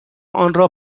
آنرا